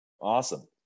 Awesome